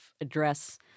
address